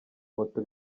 moto